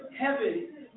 heaven